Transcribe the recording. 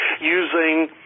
using